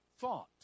thought